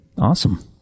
Awesome